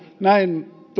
näin